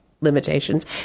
limitations